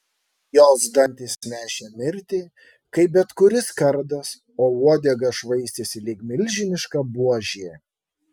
jos dantys nešė mirtį kaip bet kuris kardas o uodega švaistėsi lyg milžiniška buožė